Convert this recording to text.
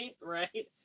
Right